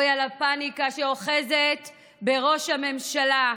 אוי על הפניקה שאוחזת בראש הממשלה.